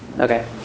okay